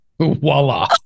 Voila